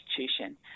institution